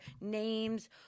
names